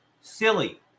Silly